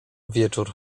wieczór